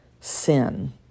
sin